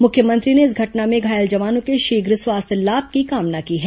मुख्यमंत्री ने इस घटना में घायल जवानों के शीघ्र स्वास्थ्य लाभ की कामना की है